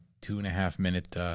two-and-a-half-minute